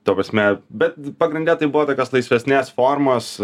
ta prasme bet pagrinde tai buvo tokios laisvesnės formos